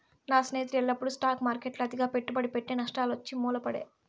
నా స్నేహితుడు ఎల్లప్పుడూ స్టాక్ మార్కెట్ల అతిగా పెట్టుబడి పెట్టె, నష్టాలొచ్చి మూల పడే